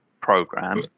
program